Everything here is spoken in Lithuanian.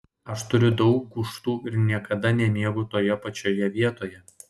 aš turiu daug gūžtų ir niekada nemiegu toje pačioje vietoje